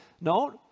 No